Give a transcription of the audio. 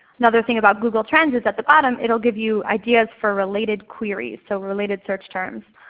another thing about google trends is at the bottom it will give you ideas for related queries so related search terms.